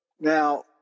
Now